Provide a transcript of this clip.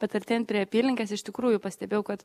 bet artėjant prie apylinkės iš tikrųjų pastebėjau kad